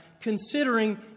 considering